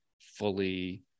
fully